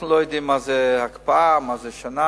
אנחנו לא יודעים מה זה הקפאה, מה זה שנה,